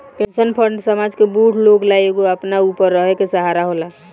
pension fund समाज के बूढ़ लोग ला एगो अपना ऊपर रहे के सहारा होला